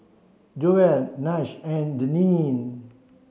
Joel Nash and Deneen